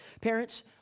Parents